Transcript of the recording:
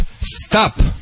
stop